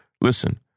Listen